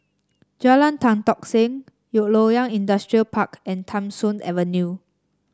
Jalan Tan Tock Seng Loyang Industrial Park and Tham Soong Avenue